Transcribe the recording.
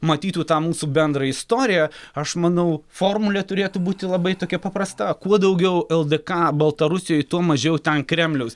matytų tą mūsų bendrą istoriją aš manau formulė turėtų būti labai tokia paprasta kuo daugiau ldk baltarusijoj tuo mažiau ten kremliaus